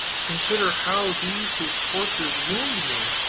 consider how these his tortures wound me!